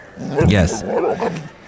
Yes